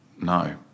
no